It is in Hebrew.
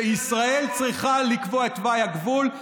שישראל צריכה לקבוע את תוואי הגבול.